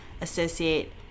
associate